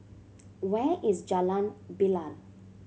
where is Jalan Bilal